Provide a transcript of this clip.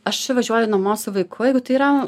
aš važiuoju namo su vaiku jeigu tai yra